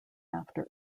after